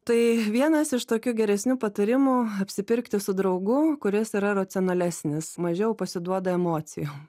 tai vienas iš tokių geresnių patarimų apsipirkti su draugu kuris yra racionalesnis mažiau pasiduoda emocijom